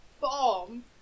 bomb